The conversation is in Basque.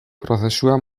prozesua